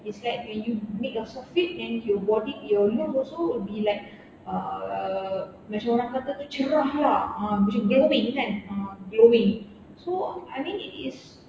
it's like when you make yourself fit then your body your look also will be like uh macam orang kata tu cerah lah ah macam glowing kan ah glowing so I mean it is